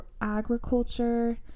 agriculture